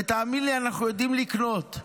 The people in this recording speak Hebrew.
ותאמין לי אנחנו יודעים לקנות.